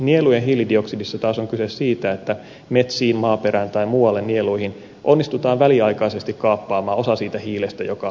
nielujen hiilidioksidissa taas on kyse siitä että metsiin maaperään tai muualle nieluihin onnistutaan väliaikaisesti kaappaamaan osa siitä hiilestä joka kiertää ilmakehässä